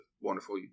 wonderful